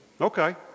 Okay